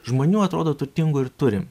žmonių atrodo turtingų ir turim